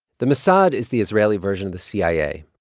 the mossad is the israeli version of the cia.